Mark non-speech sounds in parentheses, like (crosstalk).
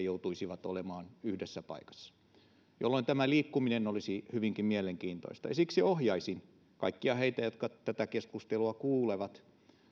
(unintelligible) joutuisivat olemaan yhdessä paikassa jolloin tämä liikkuminen olisi hyvinkin mielenkiintoista siksi ohjaisin kaikkia heitä jotka tätä keskustelua kuulevat